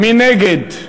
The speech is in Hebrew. מי נגד?